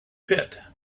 pit